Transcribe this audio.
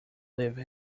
leave